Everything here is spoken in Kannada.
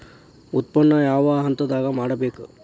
ಉತ್ಪನ್ನ ಯಾವ ಹಂತದಾಗ ಮಾಡ್ಬೇಕ್?